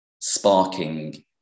sparking